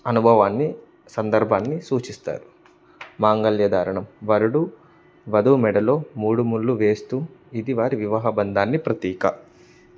అనుభవాన్ని సందర్భాన్ని సూచిస్తారు మాంగల్యధారణ వరుడు వధువు మెడలో మూడు ముళ్లు వేస్తూ ఇది వారి వివాహ బంధాన్ని ప్రతీక